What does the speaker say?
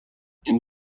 این